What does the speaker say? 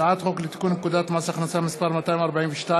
הצעת חוק לתיקון פקודת מס הכנסה (מס' 242),